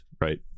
right